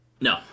No